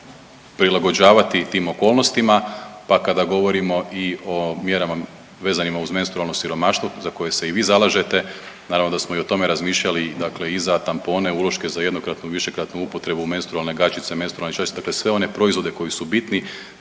prilagođavati tim okolnostima, pa kada govorimo i o mjerama vezanima uz menstrualno siromaštvo za koje se i vi zalažete, naravno da smo i o tome razmišljali dakle i za tampone, uloške za jednokratnu, višekratnu upotrebu, menstrualne gaćice, menstrualne čašice dakle sve one proizvode koji su bitni,